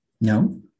No